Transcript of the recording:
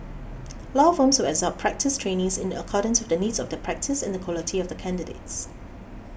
law firms will absorb practice trainees in accordance with the needs of their practice and the quality of the candidates